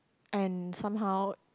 and somehow